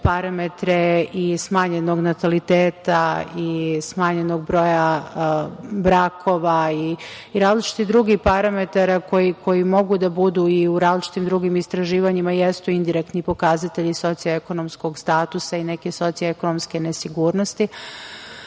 parametre smanjenog nataliteta, smanjenog broja brakova i različitih drugih parametara koji mogu da budu u drugim različitim istraživanjima jesu indirektni pokazatelji socijalno-ekonomskog statusa i neke socijalno-ekonomske nesigurnosti. Kada